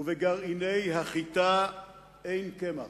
ובגרעיני החיטה אין קמח.